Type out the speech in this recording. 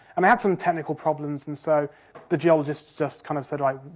um had some technical problems and so the geologist just kind of said, right,